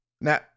now